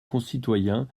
concitoyens